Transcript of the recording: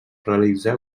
realitzar